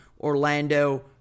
Orlando